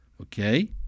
Okay